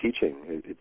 teaching